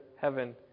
heaven